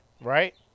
Right